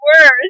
worse